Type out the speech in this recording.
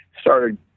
started